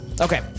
Okay